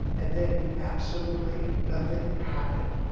and then absolutely nothing happened.